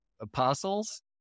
apostles